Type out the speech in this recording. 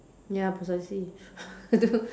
ya precisely